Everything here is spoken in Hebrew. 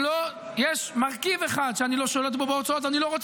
יש מרכיב אחד שאני לא שולט בו בהוצאות,